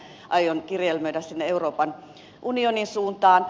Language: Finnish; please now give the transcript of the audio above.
tästä aion kirjelmöidä sinne euroopan unionin suuntaan